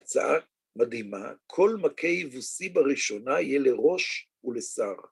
הצעה מדהימה, כל מכה יבוסי בראשונה יהיה לראש ולשר.